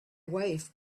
wife